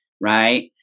right